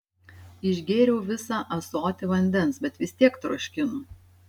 išgėriau visą ąsotį vandens bet vis tiek troškino